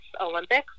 olympics